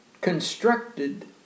constructed